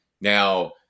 Now